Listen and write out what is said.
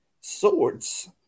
swords